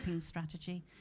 strategy